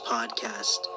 Podcast